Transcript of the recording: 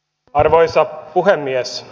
arvoisa puhemies